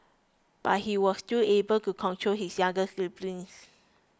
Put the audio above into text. but he was still able to control his younger siblings